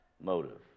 motive